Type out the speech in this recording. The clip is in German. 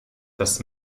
das